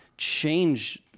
Change